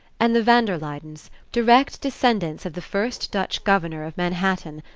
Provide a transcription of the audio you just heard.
and the van der luydens, direct descendants of the first dutch governor of manhattan,